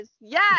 yes